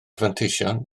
fanteision